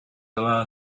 allow